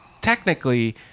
technically